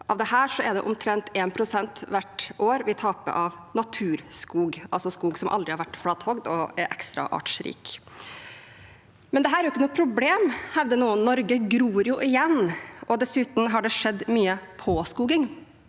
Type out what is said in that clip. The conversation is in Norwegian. hvert år er omtrent 1 pst. av dette tap av naturskog, altså skog som aldri har vært flathogd, og som er ekstra artsrik. Dette er jo ikke noe problem, hevder noen: Norge gror jo igjen, og dessuten har det skjedd mye påskoging.